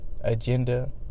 agenda